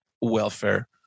welfare